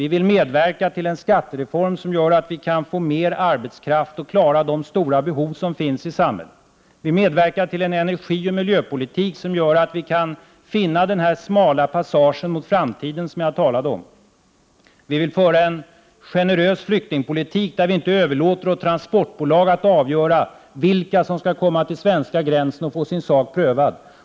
Vi vill medverka till en skattereform, som ger mer arbetskraft så att vi kan klara de stora behov som finns i samhället. Vi medverkar till en energioch miljöpolitik, som innebär att vi kan finna den smala passage mot framtiden som jag talade om. Vi vill föra en generös flyktingpolitik, som inte innebär att man överlåter åt transportbolag att avgöra vilka som skall få komma till den svenska gränsen och få sin sak prövad.